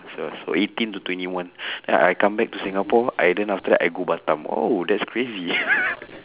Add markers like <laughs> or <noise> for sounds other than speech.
ya so eighteen to twenty one <breath> then I come back to singapore I then after that I go batam !wow! that's crazy <laughs>